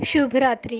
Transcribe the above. शुभ रात्री